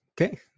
Okay